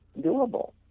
doable